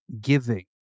giving